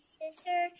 sister